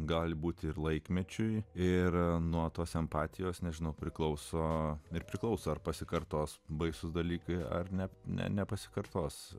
gali būti ir laikmečiui ir nuo tos empatijos nežinau priklauso ir priklauso ar pasikartos baisūs dalykai ar ne nepasikartos